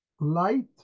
Light